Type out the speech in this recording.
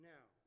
Now